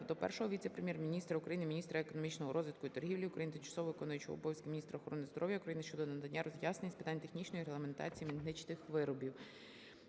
до Першого віце-прем'єр-міністра України - міністра економічного розвитку і торгівлі України, тимчасово виконуючої обов'язки міністра охорони здоров'я України щодо надання роз'яснень з питань технічної регламентації медичних виробів.